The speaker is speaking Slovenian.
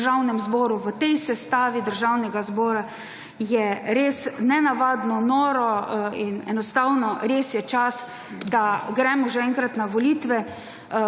Državnem zboru v tej sestavi Državnega zbora, je res nenavadno, noro in enostavno res je čas, da gremo že enkrat na volitve.